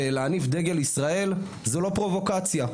ולהניף דגל ישראל זו לא פרובוקציה.